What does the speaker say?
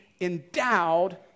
endowed